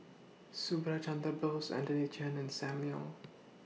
Subhas Chandra Bose Anthony Chen and SAM Leong